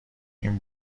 این